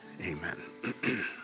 amen